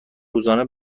روزانه